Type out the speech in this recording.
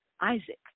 Isaac